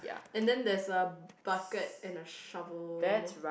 and then there's a bucket and a shovel